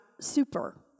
super